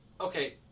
okay